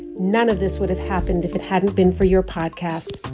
none of this would have happened if it hadn't been for your podcast.